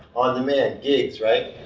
on-demand, gigs, right?